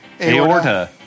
Aorta